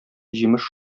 җимеш